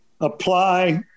apply